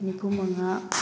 ꯅꯤꯐꯨ ꯃꯉꯥ